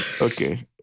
Okay